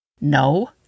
No